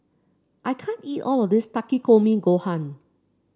I can't eat all of this Takikomi Gohan